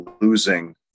losing